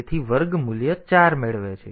તેથી તે વર્ગ મૂલ્ય 4 મેળવે છે